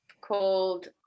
called